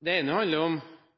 Det ene handler om